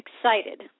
excited